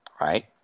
right